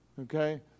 Okay